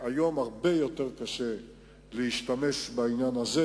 היום הרבה יותר קשה להשתמש בזה,